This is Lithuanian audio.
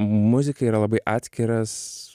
muzika yra labai atskiras